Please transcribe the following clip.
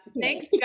thanks